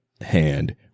hand